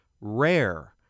Rare